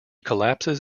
collapses